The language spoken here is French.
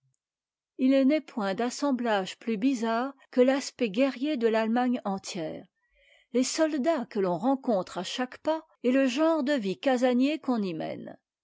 h n'est point d'assemblage plus bizarre que l'aspect guerrier de i'aiiemagne entière les soldats que l'on rencontre à chaque pas et le genre de vie casanier qu'on y mène